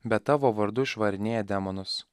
bet tavo vardu išvarinėja demonus